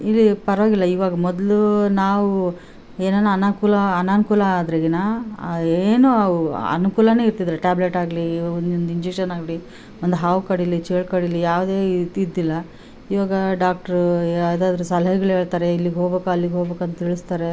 ಇಲ್ಲಿ ಪರವಾಗಿಲ್ಲ ಇವಾಗ ಮೊದಲು ನಾವೂ ಏನಾನ ಅನಾನ್ಕುಲ ಅನನುಕೂಲ ಆದ್ರೆಗಿನ ಏನೋ ಅವು ಅನುಕೂಲನೇ ಇರ್ತಿದ್ದು ಟ್ಯಾಬ್ಲೆಟ್ ಆಗಲಿ ಇವು ಇಂಜೆಕ್ಷನ್ ಆಗಲಿ ಒಂದು ಹಾವು ಕಡಿಲಿ ಚೇಳು ಕಡಿಲಿ ಯಾವುದೇ ಇತ್ತು ಇದ್ದಿಲ್ಲ ಇವಾಗ ಡಾಕ್ಟ್ರು ಯಾವುದಾದ್ರು ಸಲಹೆಗಳು ಹೇಳ್ತಾರೆ ಇಲ್ಲಿಗೆ ಹೋಗ್ಬೇಕು ಅಲ್ಲಿಗೆ ಹೋಗ್ಬೇಕು ಅಂದು ತಿಳಿಸ್ತಾರೆ